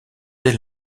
des